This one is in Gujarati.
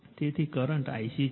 તેથી કરંટ Ic છે